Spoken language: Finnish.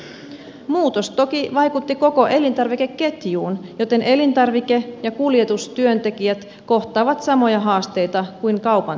muutos toki vaikutti koko elintarvikeketjuun joten elintarvike ja kuljetustyöntekijät kohtaavat samoja haasteita kuin kaupan työntekijät